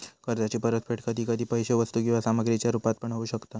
कर्जाची परतफेड कधी कधी पैशे वस्तू किंवा सामग्रीच्या रुपात पण होऊ शकता